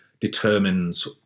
determines